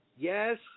Yes